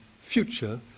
future